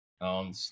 on